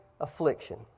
affliction